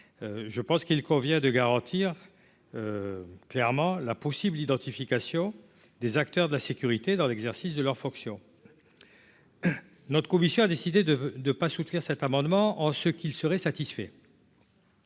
je pense qu'il convient de garantir clairement la possible l'identification des acteurs de la sécurité dans l'exercice de leurs fonctions, notre commission a décidé de de pas soutenir cet amendement en ce qu'il serait satisfait.